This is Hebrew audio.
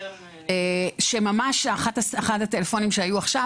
אחד הטלפונים שהיו עכשיו,